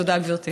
תודה, גברתי.